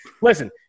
Listen